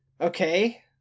okay